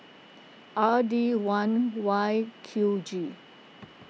R D one Y Q G